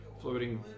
floating